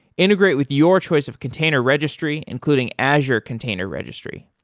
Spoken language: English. integrate with your choice of container registry, including azure container registry.